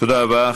תודה רבה.